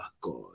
god